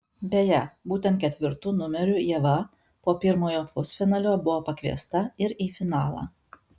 beje būtent ketvirtu numeriu ieva po pirmojo pusfinalio buvo pakviesta ir į finalą